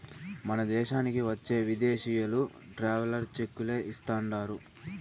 మన దేశానికి వచ్చే విదేశీయులు ట్రావెలర్ చెక్కులే ఇస్తాండారు